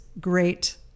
great